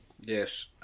Yes